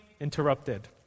interrupted